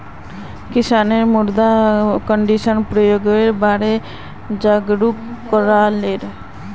किसानक मृदा कंडीशनरेर प्रयोगेर बारे जागरूक कराले